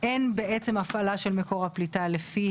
על פי